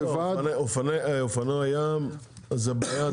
אופנועי ים זו בעיה,